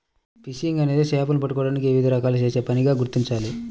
fishing అనేది చేపలను పట్టుకోవడానికి వివిధ రకాలుగా చేసే పనిగా గుర్తించాలి